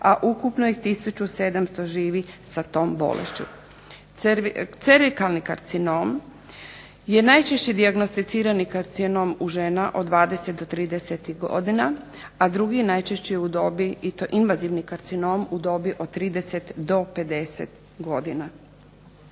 a ukupno ih 1700 živi sa tom bolešću. Cervikalni karcinom je najčešće dijagnosticirani karcinom u žena od 20 do 30-tih godina, a drugi najčešći u dobi i to invazivni karcinom u dobi od 30 do 50 godina.